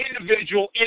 individual